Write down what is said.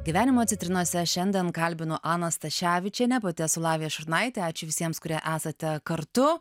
gyvenimo citrinose šiandien kalbinu aną staševičienę pati esu slavija šurnaitė ačiū visiems kurie esate kartu